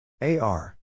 A-R